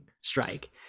strike